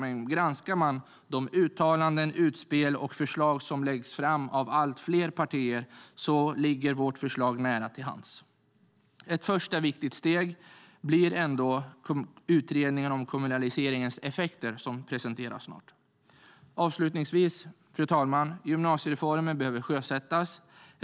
Men om man granskar de uttalanden, utspel och förslag som läggs fram av allt fler partier ligger vårt förslag nära till hands. Ett första viktigt steg blir den utredning om kommunaliseringens effekter som snart presenteras. Fru talman! Avslutningsvis: Gymnasiereformen behöver sjösättas.